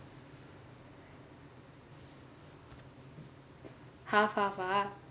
half half ah